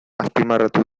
azpimarratu